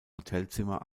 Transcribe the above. hotelzimmer